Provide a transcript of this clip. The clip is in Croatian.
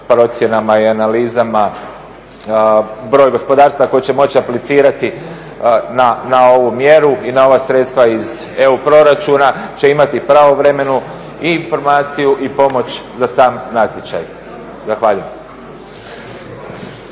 procjenama i analizama, broj gospodarstava koji će moći aplicirati na ovu mjeru i na ova sredstva iz EU proračuna će imati pravovremenu i informaciju i pomoć za sam natječaj. Zahvaljujem.